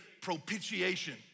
propitiation